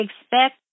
Expect